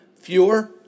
fewer